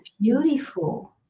beautiful